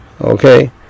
Okay